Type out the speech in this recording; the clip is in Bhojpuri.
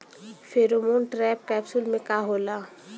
फेरोमोन ट्रैप कैप्सुल में का होला?